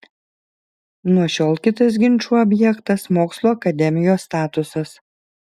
nuo šiol kitas ginčų objektas mokslų akademijos statusas